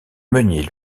meunier